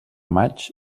maig